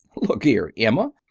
look here, emma!